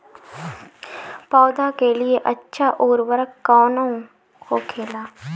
पौधा के लिए अच्छा उर्वरक कउन होखेला?